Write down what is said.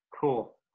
Cool